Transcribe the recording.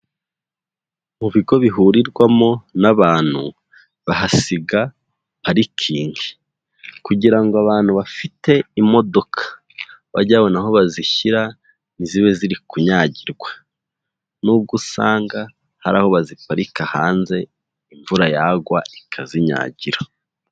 Mu bigo bihurirwamo n'abantu, bahasiga parikingi, kugira ngo abantu bafite imodoka, bajye babona aho bazishyira, ntizibe ziri kunyagirwa, n'ubwo usanga hari aho baziparika hanze, imvura yagwa ikazinyagira.